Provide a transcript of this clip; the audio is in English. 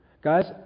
Guys